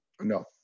No